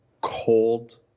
cold